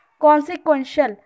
Consequential